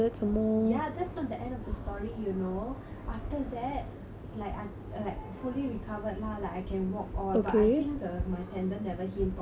like I like fully recovered lah like I can walk all but I think the my tendon never healed properly but I didn't know so I was in the bus okay